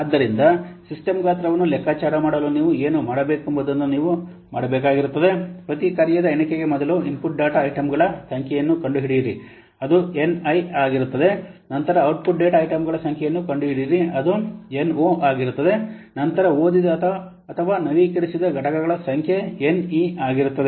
ಆದ್ದರಿಂದ ಸಿಸ್ಟಮ್ ಗಾತ್ರವನ್ನು ಲೆಕ್ಕಾಚಾರ ಮಾಡಲು ನೀವು ಏನು ಮಾಡಬೇಕೆಂಬುದನ್ನು ನೀವು ಮಾಡಬೇಕಾಗಿರುತ್ತದೆ ಪ್ರತಿ ಕಾರ್ಯದ ಎಣಿಕೆಗೆ ಮೊದಲು ಇನ್ಪುಟ್ ಡೇಟಾ ಐಟಂಗಳ ಸಂಖ್ಯೆಯನ್ನು ಕಂಡುಹಿಡಿಯಿರಿ ಅದು n i ಆಗಿರುತ್ತದೆ ನಂತರ ಔಟ್ಪುಟ್ ಡೇಟಾ ಐಟಂಗಳ ಸಂಖ್ಯೆಯನ್ನು ಕಂಡುಹಿಡಿಯಿರಿ ಅದು n o ಆಗಿರುತ್ತದೆ ನಂತರ ಓದಿದ ಅಥವಾ ನವೀಕರಿಸಿದ ಘಟಕಗಳ ಸಂಖ್ಯೆ n e ಆಗಿರುತ್ತದೆ